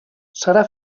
serà